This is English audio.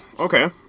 Okay